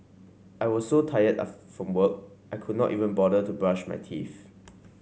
I was so tired from work I could not even bother to brush my teeth